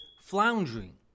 floundering